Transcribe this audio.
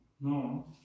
No